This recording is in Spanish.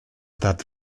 that